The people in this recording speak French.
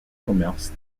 commerce